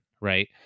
Right